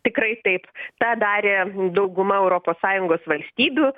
tikrai taip tą darė dauguma europos sąjungos valstybių